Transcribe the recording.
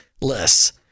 less